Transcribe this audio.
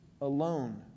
alone